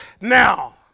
now